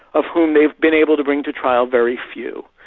of whom they've been able to bring to trial very few.